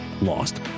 lost